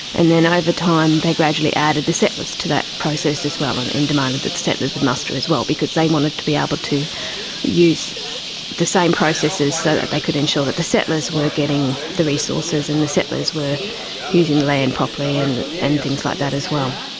and then over time they gradually added the settlers to that process as well and demanded that the settlers would muster as well because they wanted to be able to use the same processes so that they could ensure that the settlers were getting the resources and the settlers were using the land properly and and things like that as well.